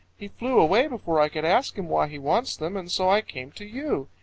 he flew away before i could ask him why he wants them, and so i came to you,